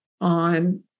on